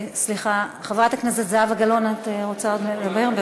חברת הכנסת זהבה גלאון, את רוצה עוד לנמק?